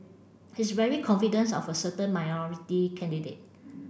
he's very confidence of a certain minority candidate